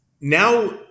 Now